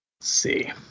see